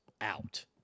out